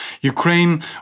Ukraine